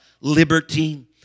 liberty